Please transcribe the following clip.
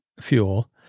fuel